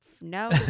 No